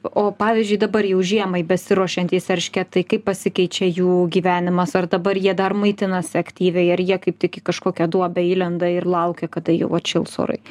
o pavyzdžiui dabar jau žiemai besiruošiantys eršketai kaip pasikeičia jų gyvenimas ar dabar jie dar maitinasi aktyviai ar jie kaip tik į kažkokią duobę įlenda ir laukia kada jau atšils orai